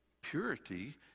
purity